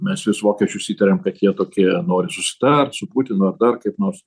mes vis vokiečius įtariam kad jie tokie nori susitart su putinu ar dar kaip nors